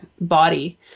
body